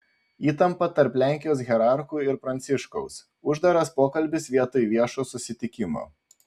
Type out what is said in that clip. įtampa tarp lenkijos hierarchų ir pranciškaus uždaras pokalbis vietoj viešo susitikimo